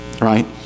right